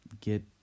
get